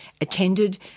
attended